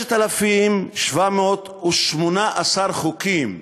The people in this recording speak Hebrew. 6,718 חוקים.